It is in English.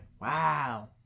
Wow